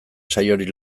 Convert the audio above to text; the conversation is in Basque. saiorik